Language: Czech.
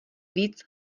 víc